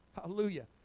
Hallelujah